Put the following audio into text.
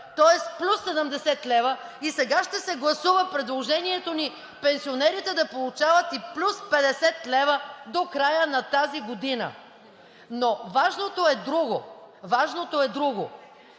тоест плюс 70 лв., и сега ще се гласува предложението ни пенсионерите да получават и плюс 50 лв. до края на тази година. Важното е друго. Сега